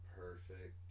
perfect